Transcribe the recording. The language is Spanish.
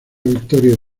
victoria